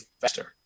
faster